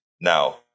Now